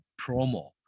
promo